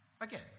Again